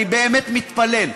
אני באמת מתפלל,